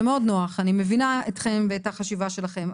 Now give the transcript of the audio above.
אני מבינה אתכם ואת החשיבה שלכם,